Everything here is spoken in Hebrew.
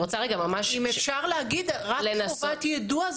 אם אפשר להגיד רק חובת יידוע,